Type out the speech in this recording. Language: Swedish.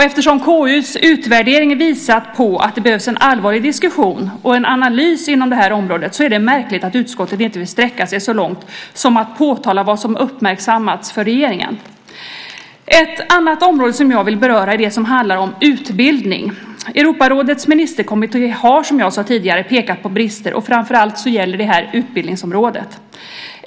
Eftersom KU:s utvärdering visat på att det behövs en allvarlig diskussion och en analys inom detta område, är det märkligt att utskottet inte vill sträcka sig så långt som att påtala för regeringen vad som har uppmärksammats. Ett annat område som jag vill beröra är det som handlar om utbildning. Europarådets ministerkommitté har som jag sade tidigare pekat på brister, och framför allt gäller det utbildningsområdet.